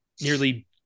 nearly